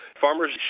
Farmers